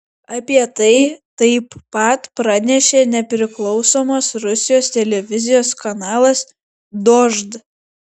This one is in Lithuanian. apie tai taip pat pranešė nepriklausomas rusijos televizijos kanalas dožd